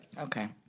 Okay